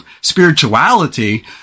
spirituality